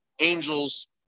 angels